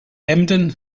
emden